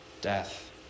death